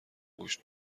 گوشت